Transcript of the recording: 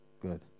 good